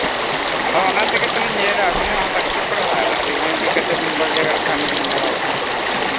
ᱦᱳᱭ ᱚᱱᱟ ᱛᱮᱜᱮ ᱛᱚᱞᱤᱧ ᱩᱭᱦᱟᱹᱨᱟ ᱟᱵᱤᱱᱟᱜ ᱦᱚᱸ ᱞᱟᱹᱠᱛᱤ ᱯᱟᱲᱟᱜᱼᱟ ᱟᱨ ᱟᱹᱞᱤᱧ ᱦᱚᱸ ᱤᱫᱤ ᱠᱟᱛᱮ ᱢᱤᱫ ᱵᱟᱨ ᱡᱟᱭᱜᱟ ᱨᱮ ᱠᱟᱹᱢᱤ ᱞᱤᱧ ᱞᱟᱜᱟᱣ ᱠᱚᱣᱟ